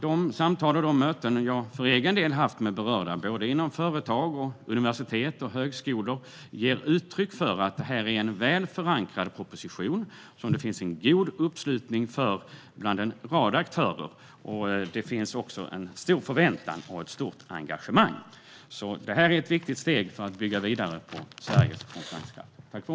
De samtal och möten som jag för egen del har haft med berörda inom företag, universitet och högskolor ger uttryck för att det här är en väl förankrad proposition som det finns en god uppslutning runt bland en rad aktörer. Det finns stora förväntningar och ett stort engagemang. Detta är ett viktigt steg för att bygga vidare på Sveriges konkurrenskraft.